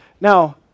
Now